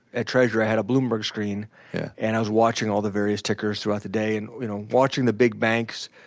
at treasury i had a bloomberg screen and i was watching all the various tickers throughout the day and you know watching the big banks,